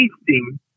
tasting